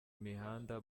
imihanda